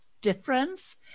difference